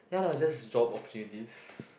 ya lah just job opportunities